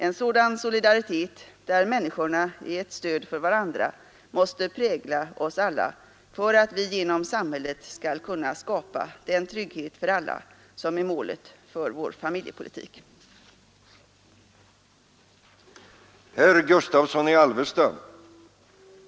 En sådan solidaritet, där människorna är ett stöd för varandra, måste prägla oss alla för att vi genom samhället skall kunna skapa den trygghet för alla som är målet för vår familjepolitik. Nr 60 Onsdagen den